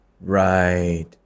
Right